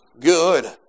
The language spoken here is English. good